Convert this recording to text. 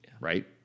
Right